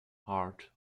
heart